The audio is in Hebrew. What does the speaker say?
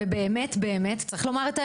ובאמת באמת, צריך לומר את האמת,